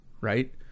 right